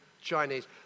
Chinese